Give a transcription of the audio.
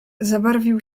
zabarwił